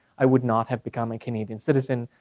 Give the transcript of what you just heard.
i would not have become a canadian citizen.